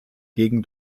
gegen